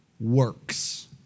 works